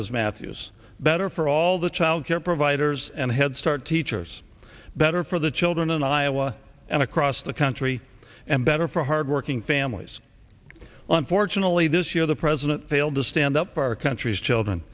ms matthews better for all the childcare providers and headstart teachers better for the children in iowa and across the country and better for hardworking families unfortunately this year the president failed to stand up our country's children